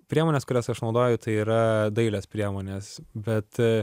priemonės kurias aš naudoju tai yra dailės priemones bet